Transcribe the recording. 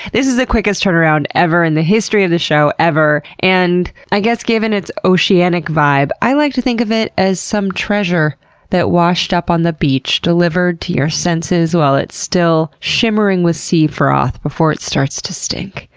this is the quickest turnaround ever in the history of the show ever and, i guess given its oceanic vibe, i like to think of it as some treasure that washed up on the beach, delivered to your senses while it's still shimmering with sea froth, before it starts to stink.